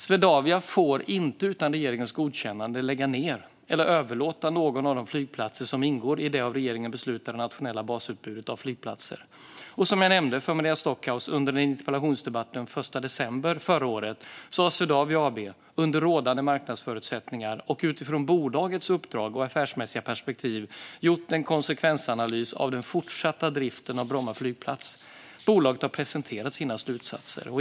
Swedavia får inte utan regeringens godkännande lägga ned eller överlåta någon av de flygplatser som ingår i det av regeringen beslutade nationella basutbudet av flygplatser. Som jag nämnde för Maria Stockhaus under en interpellationsdebatt den 1 december förra året så har Swedavia AB, under rådande marknadsförutsättningar och utifrån bolagets uppdrag och affärsmässiga perspektiv, gjort en konsekvensanalys av den fortsatta driften av Bromma flygplats. Bolaget har presenterat sina slutsatser.